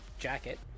jacket